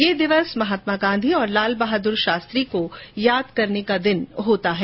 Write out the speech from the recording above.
यह दिन महात्मा गांधी और लाल बहादुर शास्त्री को याद करने का दिवस होता है